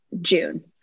June